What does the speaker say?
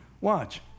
watch